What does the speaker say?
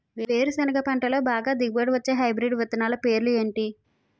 వేరుసెనగ పంటలో బాగా దిగుబడి వచ్చే హైబ్రిడ్ విత్తనాలు పేర్లు ఏంటి?